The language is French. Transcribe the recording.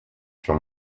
sur